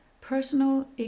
personal